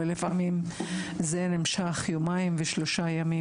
ולפעמים זה נמשך יומיים ושלושה ימים,